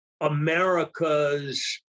America's